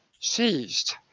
seized